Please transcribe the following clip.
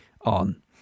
on